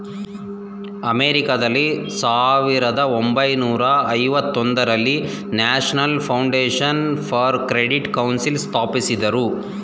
ಅಮೆರಿಕಾದಲ್ಲಿ ಸಾವಿರದ ಒಂಬೈನೂರ ಐವತೊಂದರಲ್ಲಿ national foundation for credit council ಸ್ಥಾಪಿಸಿದರು